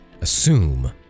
assume